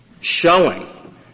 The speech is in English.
showing